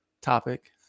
topic